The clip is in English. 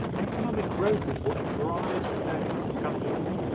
economic growth is what drives earnings for companies.